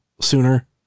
sooner